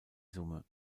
summe